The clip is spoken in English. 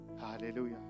Hallelujah